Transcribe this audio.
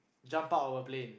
jump out of a plane